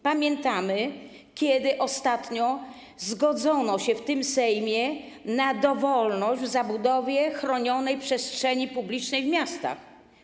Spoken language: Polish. Pamiętamy, kiedy ostatnio zgodzono się w Sejmie na dowolność w zabudowie chronionej przestrzeni publicznej w miastach.